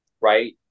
right